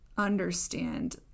Understand